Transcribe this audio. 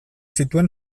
zituen